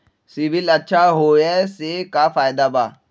CIBIL अच्छा होऐ से का फायदा बा?